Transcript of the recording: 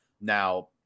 Now